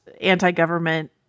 anti-government